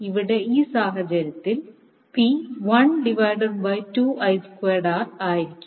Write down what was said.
ഇവിടെ ഈ സാഹചര്യത്തിൽ P 1 by 2 I square R ആയിരിക്കും